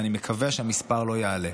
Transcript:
ואני מקווה שהמספר לא יעלה,